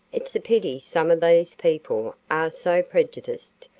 it's a pity some of these people are so prejudiced,